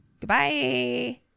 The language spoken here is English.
Goodbye